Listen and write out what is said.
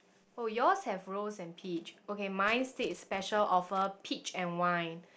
oh yours have rose and peach okay mine states special offer peach and wine